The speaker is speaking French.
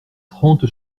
trente